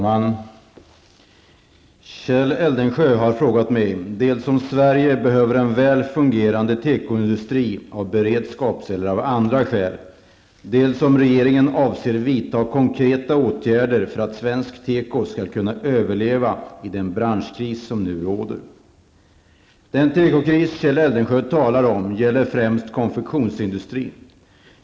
Herr talman! Kjell Eldensjö har frågat mig dels om Sverige behöver en väl fungerande tekoindustri av beredskaps eller av andra skäl, dels om regeringen avser vidta konkreta åtgärder för att svensk teko skall kunna överleva i den branschkris som nu råder. Den tekokris Kjell Eldensjö talar om gäller främst konfektionsindustrin.